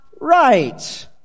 right